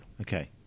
Okay